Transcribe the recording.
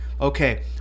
okay